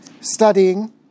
studying